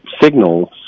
signals